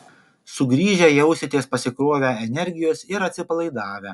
sugrįžę jausitės pasikrovę energijos ir atsipalaidavę